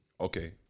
Okay